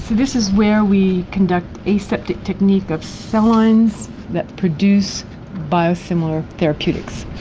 this is where we conduct aseptic technique of cell lines that produce biosimilar therapeutics.